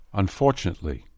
unfortunately